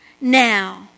now